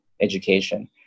education